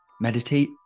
meditate